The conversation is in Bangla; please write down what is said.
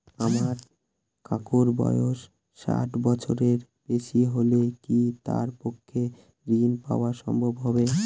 আমার কাকুর বয়স ষাট বছরের বেশি হলে কি তার পক্ষে ঋণ পাওয়া সম্ভব হবে?